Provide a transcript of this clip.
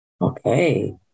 Okay